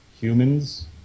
humans